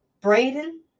Braden